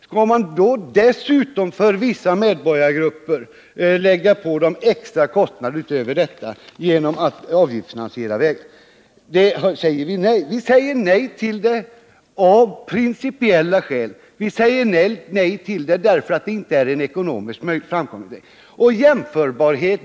Skall man nu dessutom lägga på vissa medborgargrupper extra kostnader genom att avgiftsfinansiera vägar? Det förslaget säger vi nej till. Vi säger nej till det av principiella skäl, och vi säger nej till det därför att det inte är en ekonomiskt framkomlig väg.